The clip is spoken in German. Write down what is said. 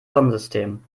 sonnensystem